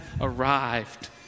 arrived